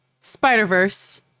Spider-Verse